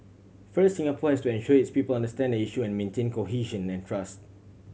first Singapore has to ensure its people understand the issue and maintain cohesion and trust